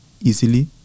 easily